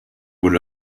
would